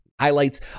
highlights